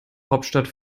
hauptstadt